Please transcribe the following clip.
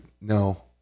no